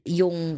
yung